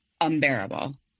unbearable